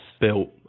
built